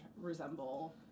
resemble